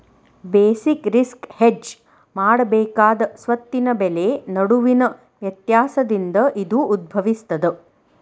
basic risk hedge ಮಾಡಬೇಕಾದ ಸ್ವತ್ತಿನ ಬೆಲೆ ನಡುವಿನ ವ್ಯತ್ಯಾಸದಿಂದ ಇದು ಉದ್ಭವಿಸ್ತದ